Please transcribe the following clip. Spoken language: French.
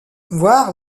voir